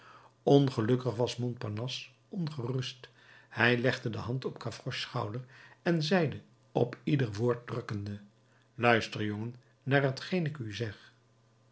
was montparnasse ongerust hij legde de hand op gavroches schouder en zeide op ieder woord drukkende luister jongen naar t geen ik u zeg